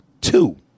Two